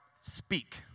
speak